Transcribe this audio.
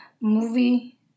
movie